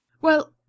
Well